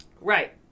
Right